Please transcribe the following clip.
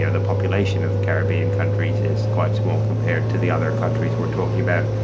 yeah the population of the caribbean countries is quite small compared to the other countries we are talking about,